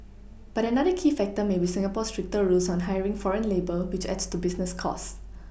but another key factor may be Singapore's stricter rules on hiring foreign labour which adds to business costs